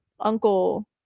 uncle